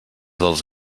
dels